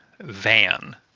Van